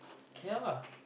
Kill lah